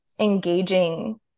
engaging